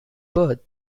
birth